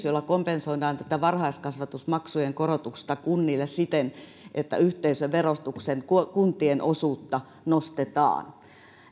jolla kompensoidaan varhaiskasvatusmaksujen poistoa kunnille siten että yhteisöverotuksen kuntien osuutta nostetaan